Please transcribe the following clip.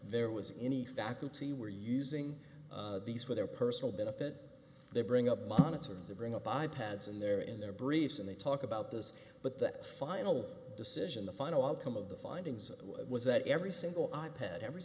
there was any faculty were using these for their personal benefit they bring up monitors they bring up i pads and they're in their briefs and they talk about this but the final decision the final outcome of the findings was that every single